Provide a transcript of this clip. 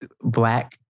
black